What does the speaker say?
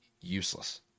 useless